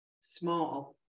small